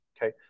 Okay